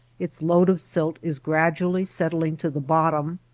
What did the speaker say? its load of silt is gradually settling to the bottom,